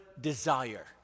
desire